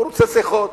הוא רוצה שיחות.